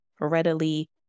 readily